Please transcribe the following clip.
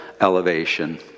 elevation